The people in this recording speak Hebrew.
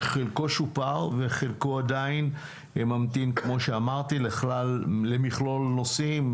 חלקו שופר וחלקו עדיין ממתין כמו שאמרתי למכלול נושאים,